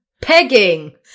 pegging